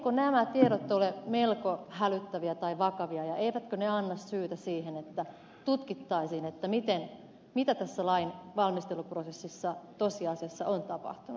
eivätkö nämä tiedot ole melko hälyttäviä tai vakavia ja eivätkö ne anna syytä siihen että tutkittaisiin mitä tässä lain valmisteluprosessissa tosiasiassa on tapahtunut